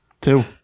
two